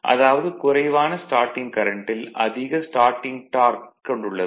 அதாவது குறைவான ஸ்டார்ட்டிங் கரண்ட்டில் அதிக ஸ்டார்ட்டிங் டார்க் கொண்டுள்ளது